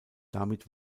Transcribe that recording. damit